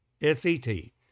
S-E-T